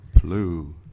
Blue